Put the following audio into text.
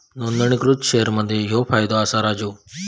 नोंदणीकृत शेअर मध्ये ह्यो फायदो असा राजू